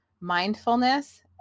mindfulness